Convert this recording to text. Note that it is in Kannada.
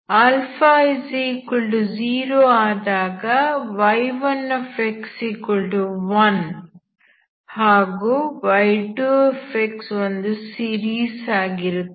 α 0 ಆದಾಗ y1x1 ಹಾಗೂ y2x ಒಂದು ಸೀರೀಸ್ ಆಗಿರುತ್ತದೆ